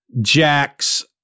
Jack's